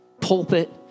pulpit